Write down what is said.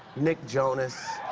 nick jonas.